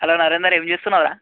hello Narender ఏమి చేస్తున్నావు రా